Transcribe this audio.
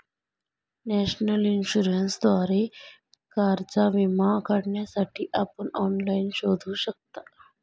national इन्शुरन्सद्वारे कारचा विमा काढण्यासाठी आपण ऑनलाइन शोधू शकता